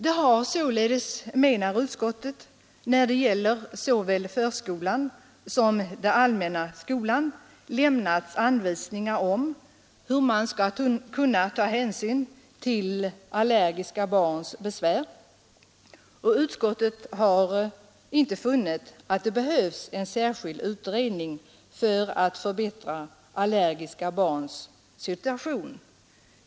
Det har således, menar utskottet, när det gäller såväl förskola som det allmänna skolväsendet lämnats anvisningar om hur man skall kunna ta hänsyn till allergiska barns besvär. Utskottet har inte funnit att det behövs en särskild utredning för att förbättra allergiska barns situation på dessa områden.